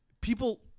people